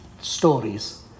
stories